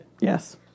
Yes